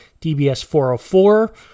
DBS-404